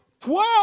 Twelve